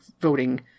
voting